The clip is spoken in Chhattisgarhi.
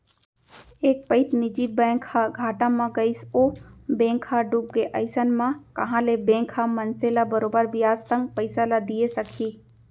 एक पइत निजी बैंक ह घाटा म गइस ओ बेंक ह डूबगे अइसन म कहॉं ले बेंक ह मनसे ल बरोबर बियाज संग पइसा ल दिये सकही